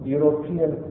European